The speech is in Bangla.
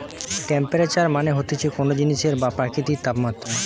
টেম্পেরেচার মানে হতিছে কোন জিনিসের বা প্রকৃতির তাপমাত্রা